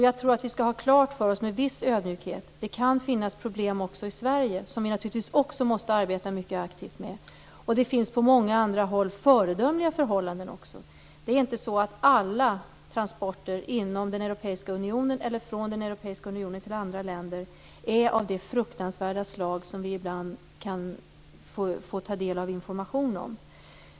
Jag tror att vi skall ha klart för oss, med viss ödmjukhet, att det kan finnas problem också i Sverige som vi naturligtvis måste arbeta mycket aktivt med. Det finns på många andra håll föredömliga förhållanden också. Det är inte så att alla transporter inom den europeiska unionen eller från unionen till andra länder är av det fruktansvärda slag som vi ibland kan informeras om.